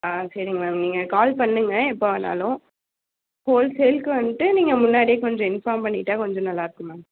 ஆ சரிங்க மேம் நீங்கள் கால் பண்ணுங்க எப்போ வேணாலும் ஹோல்சேல்க்கு வந்துட்டு நீங்கள் முன்னாடியே கொஞ்சம் இன்ஃபார்ம் பண்ணிட்டால் கொஞ்சம் நல்லாயிருக்கும் மேம்